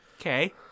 Okay